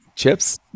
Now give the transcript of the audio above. chips